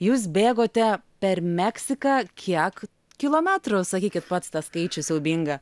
jūs bėgote per meksiką kiek kilometrų sakykit pats tą skaičių siaubinga